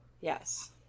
Yes